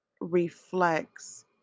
reflects